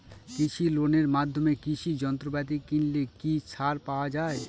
কৃষি লোনের মাধ্যমে কৃষি যন্ত্রপাতি কিনলে কি ছাড় পাওয়া যায়?